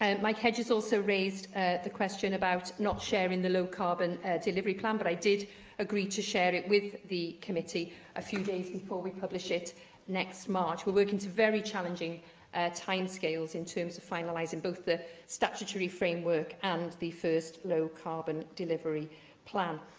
um mike hedges also raised ah the question about not sharing the low-carbon delivery plan, but i did agree to share it with the committee a few days before we publish it next march. we're working to very challenging timescales in terms of finalising both the statutory framework and the first low-carbon delivery plan.